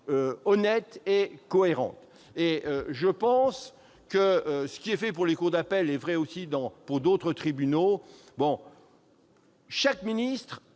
honnête et cohérente. Et ce qui est fait pour les cours d'appel vaut aussi pour d'autres tribunaux.